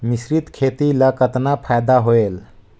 मिश्रीत खेती ल कतना फायदा होयल?